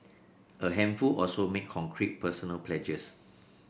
a handful also made concrete personal pledges